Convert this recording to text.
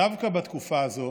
דווקא בתקופה הזו